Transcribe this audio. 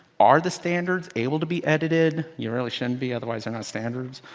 are the standards able to be edited. you really shouldn't be, otherwise they're not standards.